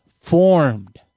formed